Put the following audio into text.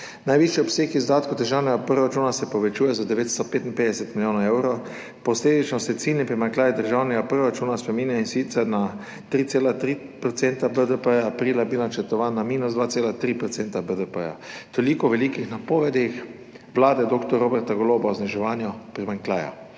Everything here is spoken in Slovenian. Najvišji obseg izdatkov državnega proračuna se povečuje za 955 milijonov evrov. Posledično se ciljni primanjkljaj državnega proračuna spreminja, in sicer na 3,3 % BDP, aprila je bil načrtovan na minus 2,3 % BDP. Toliko o velikih napovedih vlade dr. Roberta Goloba o zniževanju primanjkljaja.